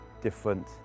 different